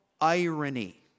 irony